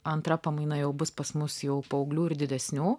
antra pamaina jau bus pas mus jau paauglių ir didesnių